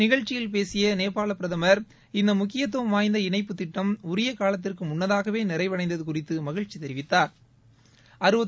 நிகழ்ச்சியில்பேசிய நேபாள பிரதமர் இந்த முக்கியத்துவம் வாய்ந்த இணைப்புத் திட்டம் உரிய காலத்திற்கு முன்னதாகவே நிறைவடைந்தது குறித்து மகிழ்ச்சி தெரிவித்தாா்